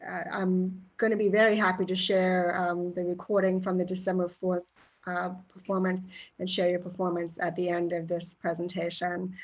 and i'm going to be very happy to share the recording from the december fourth performance and share your performance at the end of this presentation.